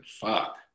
fuck